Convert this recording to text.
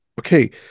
okay